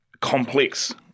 complex